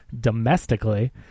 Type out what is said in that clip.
domestically